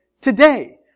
today